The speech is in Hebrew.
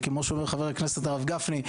כמו שאומר חבר הכנסת הרב גפני.